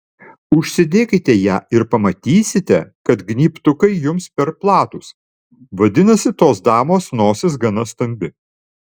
užsidėkite ją ir pamatysite kad gnybtukai jums per platūs vadinasi tos damos nosis gana stambi